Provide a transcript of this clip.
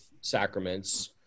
sacraments